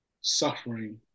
suffering